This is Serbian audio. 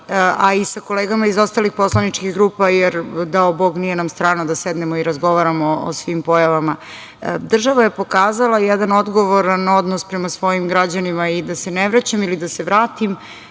a i sa kolegama iz ostalih poslaničkih grupa jer, dao bog, nije nam strano da sednemo i razgovaramo o svim pojavama. Država je pokazala jedan odgovoran odnos prema svojim građanima. Da se ne vraćam, ili da se vratim,